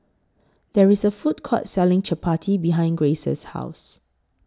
There IS A Food Court Selling Chapati behind Grayce's House